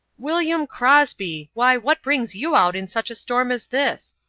william crosby, why, what brings you out in such a storm as this?